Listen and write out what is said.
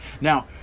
Now